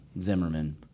Zimmerman